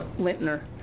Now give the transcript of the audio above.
Lintner